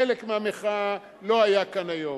חלק מהמחאה לא היה כאן היום.